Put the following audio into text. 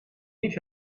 niet